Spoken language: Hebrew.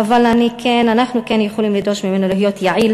אבל אנחנו כן יכולים לדרוש ממנו להיות יעיל